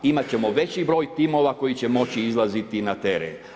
Imati ćemo veći broj timova koji će moći izlaziti na teren.